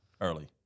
early